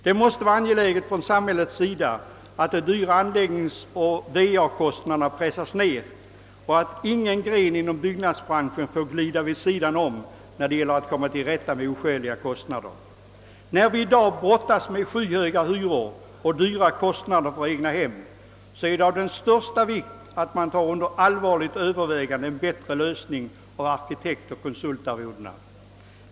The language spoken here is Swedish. Det måste vara en viktig angelägenhet för samhället att de dyra anläggningsoch VA-kostnaderna pressas ned och att ingen gren inom byggnadsbranschen får glida vid sidan om, när det gäller att komma till rätta med oskäliga kostnader. När vi i dag brottas med skyhöga hyror och höga kostnader för egnahem, så är det av största vikt att man tar under allvarligt övervägande en bättre lösning beträffande arkitektoch konsultarvodena.